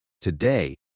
Today